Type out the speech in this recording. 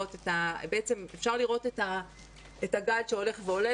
בעצם אפשר לראות את הגל שהולך ועולה.